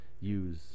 use